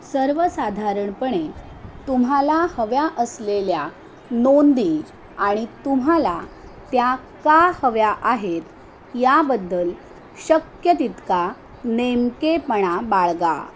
सर्वसाधारणपणे तुम्हाला हव्या असलेल्या नोंदी आणि तुम्हाला त्या का हव्या आहेत याबद्दल शक्य तितका नेमकेपणा बाळगा